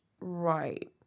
right